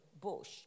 bush